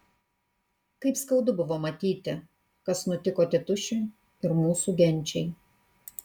kaip skaudu buvo matyti kas nutiko tėtušiui ir mūsų genčiai